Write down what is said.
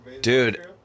Dude